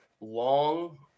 long